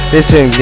Listen